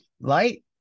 Light